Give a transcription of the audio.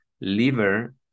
liver